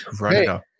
Right